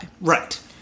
Right